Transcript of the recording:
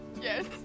Yes